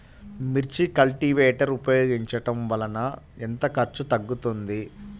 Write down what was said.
మిర్చి కల్టీవేటర్ ఉపయోగించటం వలన ఎంత ఖర్చు తగ్గుతుంది?